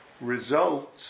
results